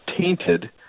tainted